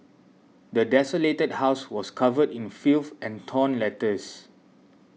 the desolated house was covered in filth and torn letters